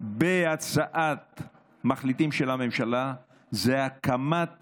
בהצעת מחליטים של הממשלה זה הקמת